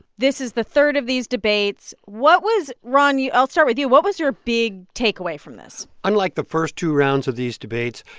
this is the third of these debates. what was ron, i'll start with you. what was your big takeaway from this? unlike the first two rounds of these debates,